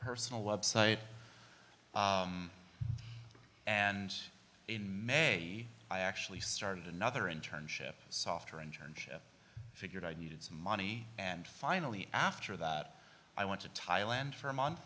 personal website and in may i actually started another internship softer internship figured i needed some money and finally after that i went to thailand for a month